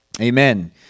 Amen